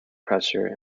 pressure